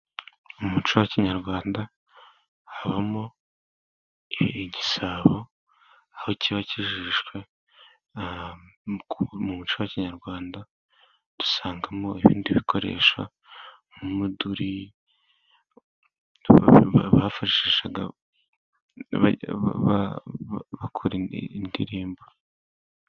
Mu muco wa kinyarwanda habamo igisabo aho kiba kijishwe, mu muco wa kinyarwanda dusangamo ibindi bikoresho nk'umuduri bifashishaga bakora indirimbo.